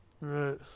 Right